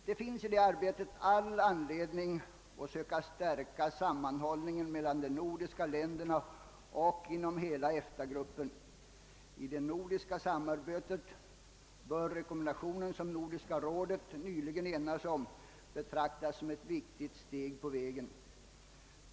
Det finns i det arbetet all anledning att försöka stärka sammanhållningen mellan de nordiska länderna och inom hela EFTA-gruppen. I det nordiska samarbetet bör den rekommendation som Nordiska rådet nyligen enades om betraktas som ett viktigt steg på vägen.